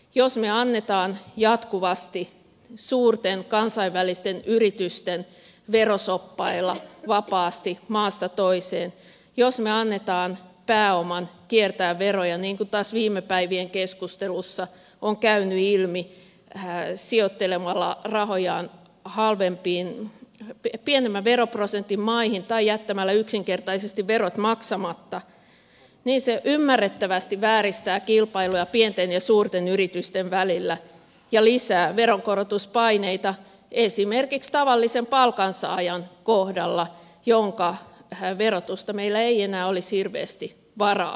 jos me annamme jatkuvasti suurten kansainvälisten yritysten veroshoppailla vapaasti maasta toiseen jos me annamme pääoman kiertää veroja niin kuin taas viime päivien keskustelussa on käynyt ilmi sijoittelemalla rahojaan pienemmän veroprosentin maihin tai jättämällä yksinkertaisesti verot maksamatta niin se ymmärrettävästi vääristää kilpailua pienten ja suurten yritysten välillä ja lisää veronkorotuspaineita esimerkiksi tavallisen palkansaajan kohdalla jonka verotusta meillä ei enää olisi hirveästi varaa kiristää